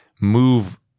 move